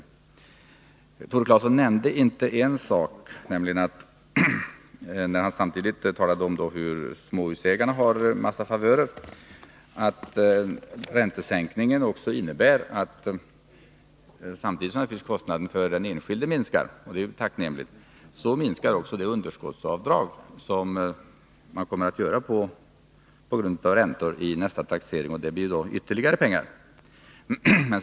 När Tore Claeson talade om att småhusägarna har en massa favörer nämnde han inte det förhållandet att räntesänkningen också innebär — samtidigt som naturligtvis kostnaden för den enskilde minskar, och det är tacknämligt — att även underskottsavdragen minskar. Underskottsavdragen minskar vid nästa taxering. Detta innebär ytterligare pengar till statskassan.